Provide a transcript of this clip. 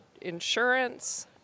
Insurance